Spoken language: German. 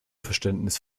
verständnis